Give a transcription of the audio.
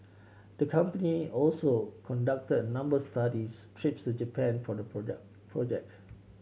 the company also conducted a number studies trips to Japan for the project project